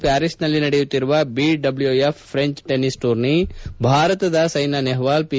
ಪ್ಯಾರಿಸ್ನಲ್ಲಿ ನಡೆಯುತ್ತಿರುವ BWF French tennis tourney ಭಾರತದ Saina Nehwal P